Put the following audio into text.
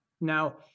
Now